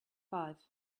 five